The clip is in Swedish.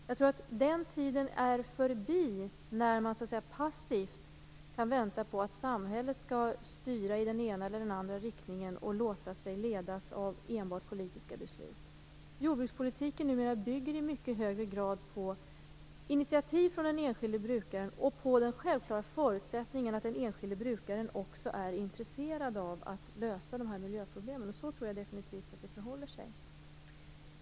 Jag tror att den tiden är förbi då man passivt kunde vänta på att samhället skulle styra i den ena eller den andra riktningen och låta sig ledas av enbart politiska beslut. Jordbrukspolitiken bygger numera i mycket högre grad på initiativ från den enskilde brukaren och på den självklara förutsättningen att den enskilde brukaren också är intresserad av att lösa miljöproblemen, och så tror jag definitivt att det förhåller sig.